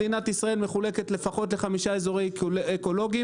מדינת ישראל מחולקת לפחות לחמישה אזורי אקולוגיים,